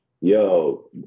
Yo